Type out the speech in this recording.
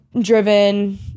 driven